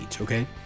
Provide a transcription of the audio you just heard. Okay